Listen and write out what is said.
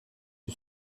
lui